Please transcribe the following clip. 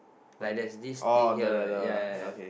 like there's this thing here ya ya ya